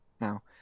Now